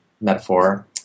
metaphor